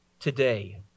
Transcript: today